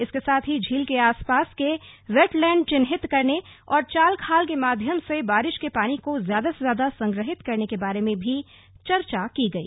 इसके साथ ही झील के आस पास के वेटलैंड चिन्हित करने और चाल खाल के माध्यम से बारिश के पानी को ज्यादा से ज्यादा संग्रहित करने के बारे के बारे में भी चर्चा की गई